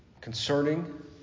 Concerning